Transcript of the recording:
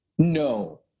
no